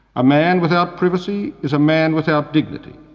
a man without privacy is a man without dignity.